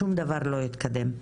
שום דבר לא יתקדם.